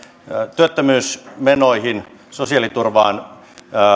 työttömyysmenoihin sosiaaliturvaan